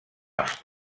els